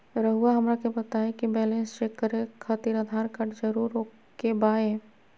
रउआ हमरा के बताए कि बैलेंस चेक खातिर आधार कार्ड जरूर ओके बाय?